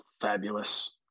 fabulous